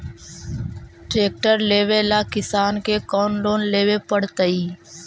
Tractor लेवेला किसान के कौन लोन लेवे पड़तई?